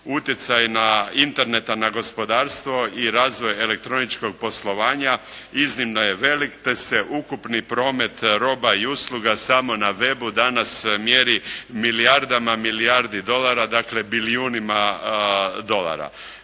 Utjecaj interneta na gospodarstvo i razvoj elektroničkog poslovanja iznimno je velik te se ukupni promet roba i usluga samo na webu danas mjeri milijardama milijardi dolara, dakle bilijunima dolara.